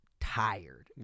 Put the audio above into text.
tired